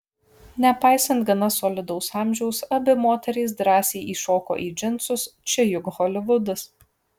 nepaisant gana solidaus amžiaus abi moterys drąsiai įšoko į džinsus čia juk holivudas